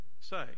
say